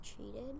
treated